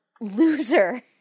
Loser